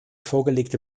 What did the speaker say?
vorgelegte